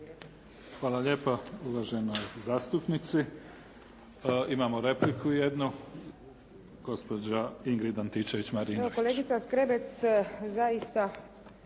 Hvala lijepo uvaženoj zastupnici. Imamo repliku jednu. Gospođa Ingrid Antičević-Marinović.